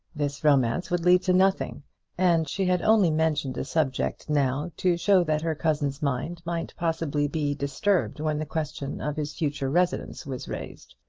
this romance would lead to nothing and she had only mentioned the subject now to show that her cousin's mind might possibly be disturbed when the question of his future residence was raised.